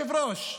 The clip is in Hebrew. כבוד היושב-ראש,